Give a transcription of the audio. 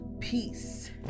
peace